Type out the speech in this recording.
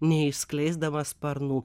neišskleisdamas sparnų